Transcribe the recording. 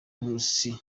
nkusi